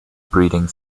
breeding